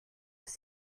ist